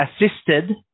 assisted